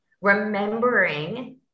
remembering